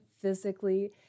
physically